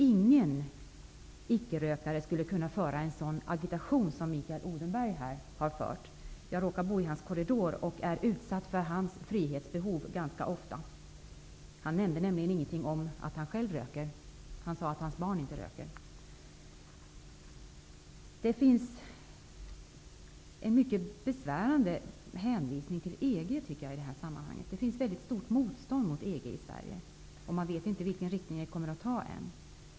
Ingen icke-rökare skulle kunna föra en sådan agitation som Mikael Odenberg här har fört -- jag råkar bo i samma korridor som han, och jag är utsatt för hans frihetsbehov ganska ofta. Han nämnde ingenting om att han själv röker, utan han sade att hans barn inte röker. Det finns en mycket besvärande hänvisning till EG i det här sammmanhanget. Det finns ju ett väldigt stort motstånd mot EG, och man vet inte vilken riktning det kommer att ta.